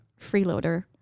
freeloader